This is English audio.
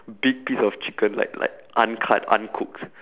big piece of chicken like like uncut uncooked